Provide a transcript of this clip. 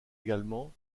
également